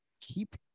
keep